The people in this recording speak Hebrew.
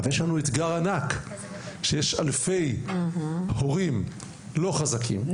אבל יש לנו אתגר ענק שיש אלפי הורים לא חזקים,